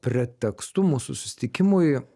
pretekstu mūsų susitikimui